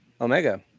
Omega